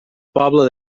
poble